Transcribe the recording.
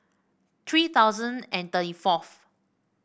three thousand and thirty fourth